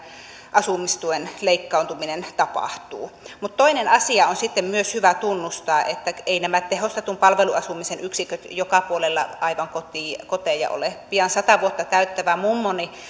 asumistuen leikkautuminen tapahtuu toinen asia on sitten myös hyvä tunnustaa eivät nämä tehostetun palveluasumisen yksiköt joka puolella aivan koteja ole pian sata vuotta täyttävä mummoni